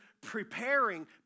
preparing